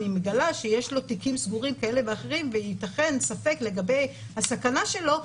אני מגלה שיש לו תיקים סגורים כאלה ואחרים וייתכן ספק לגבי הסכנה שלו,